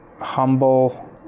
humble